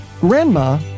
Grandma